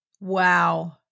Wow